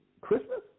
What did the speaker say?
Christmas